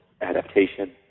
adaptation